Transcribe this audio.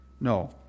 No